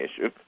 issue